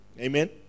Amen